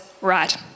right